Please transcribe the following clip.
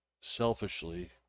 selfishly